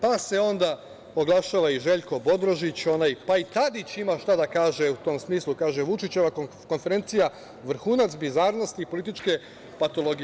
Pa se onda oglašava i Željko Bodrožić, pa i Tadić ima šta da kaže u tom smislu, kaže – Vučićeva konferencija vrhunac bizarnosti političke patologije.